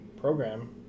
program